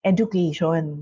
Education